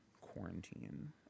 quarantine